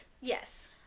yes